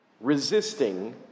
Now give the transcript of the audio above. resisting